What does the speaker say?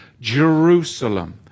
Jerusalem